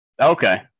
Okay